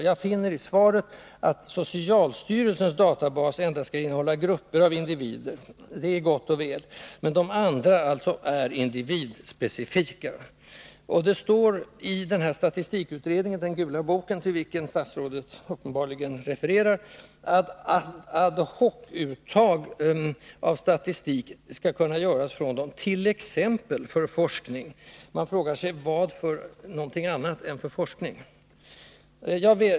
Jag finner i svaret att socialstyrelsens databas endast skall innehålla grupper av individer. Det är gott och väl. Men de andra är alltså individspecifika. Det står i statistikutredningen — den gula bok till vilken statsrådet uppenbarligen refererar — att ad hoc-uttag från dem skall kunna göras t.ex. för forskning. Man frågar sig: Till vad annat än till forskning?